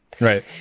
Right